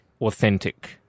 authentic